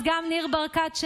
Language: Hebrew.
אז גם ניר ברקת,